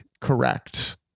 correct